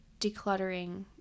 decluttering